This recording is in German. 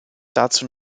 dazu